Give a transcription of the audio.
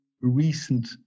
recent